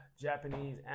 Japanese